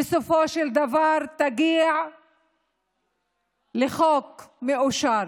בסופו של דבר תגיע לחוק מאושר,